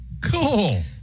Cool